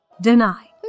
deny